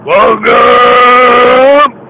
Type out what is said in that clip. Welcome